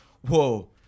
whoa